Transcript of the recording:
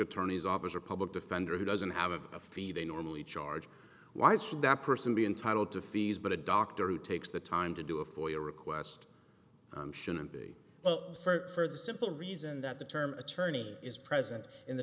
attorney's office or public defender who doesn't have a fee they normally charge why should that person be entitled to fees but a doctor who takes the time to do a full year request on shouldn't be well for the simple reason that the term attorney is present in the